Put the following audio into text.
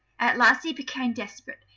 at last he became desperate,